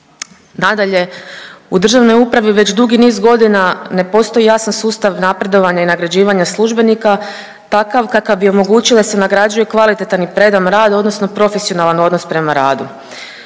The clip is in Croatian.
Nadalje, u državnoj upravi već dugi niz godina ne postoji jasan sustav napredovanja i nagrađivanja službenika takav kakav bi omogućio da se nagrađuje kvalitetan i predan rad odnosno profesionalna odnos prema radu.